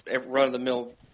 run-of-the-mill